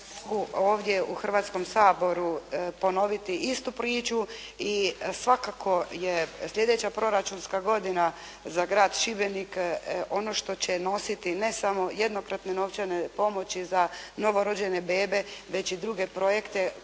ovdje u Hrvatskom saboru ponoviti istu priču i svakako je sljedeća proračunska godina za grad Šibenik ono što će nositi, ne samo jednokratne novčane pomoći za novorođene bebe, već i druge projekte